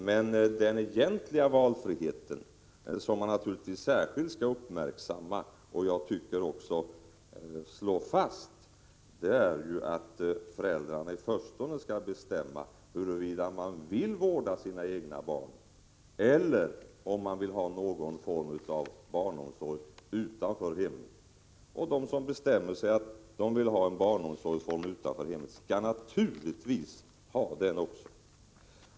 Men den egentliga valfriheten, som man naturligtvis särskilt skall uppmärksamma och, tycker jag, också slå fast, är att föräldrarna i första hand skall bestämma huruvida de skall vårda sina egna barn eller ha någon form av barnomsorg utanför hemmet. De som bestämmer sig för att de vill ha barnomsorg utanför hemmet skall naturligtvis få det.